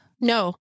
No